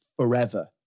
forever